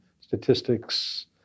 statistics